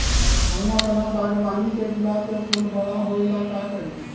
हम अपना बागवानी के गुलाब के फूल बारा होय ला का करी?